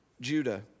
Judah